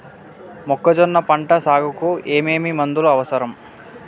మొక్కజొన్న పంట సాగుకు ఏమేమి మందులు అవసరం?